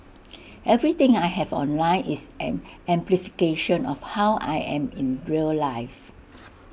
everything I have online is an amplification of how I am in real life